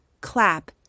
clap